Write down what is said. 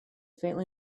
faintly